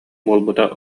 буолбута